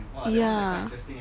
ya